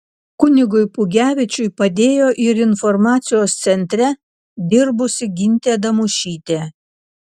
kunigui pugevičiui padėjo ir informacijos centre dirbusi gintė damušytė